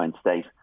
State